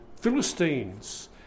Philistines